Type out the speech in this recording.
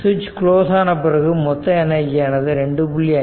switch close ஆனபிறகு மொத்த எனர்ஜியானது 2